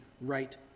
right